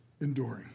enduring